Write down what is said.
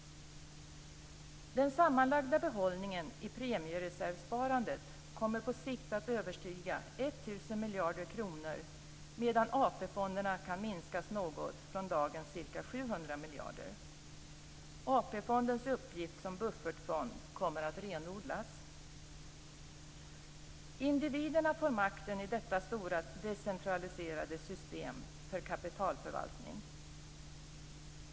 Den sammanlagda behållningen i premiereservssparandet kommer på sikt att överstiga 1 000 miljarder kronor medan AP-fonderna kan minskas något från dagens ca 700 miljarder. AP-fondens uppgift som buffertfond kommer att renodlas. Individerna får makten i detta stora decentraliserade system för kapitalförvaltning.